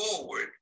forward